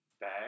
bag